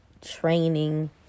training